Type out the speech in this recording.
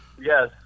Yes